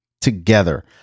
together